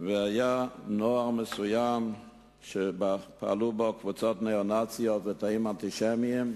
והיה נוער מסוים שפעלו בו קבוצות ניאו-נאציות ותאים אנטישמיים,